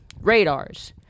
radars